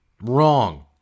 Wrong